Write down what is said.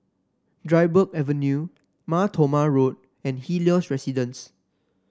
Dryburgh Avenue Mar Thoma Road and Helios Residences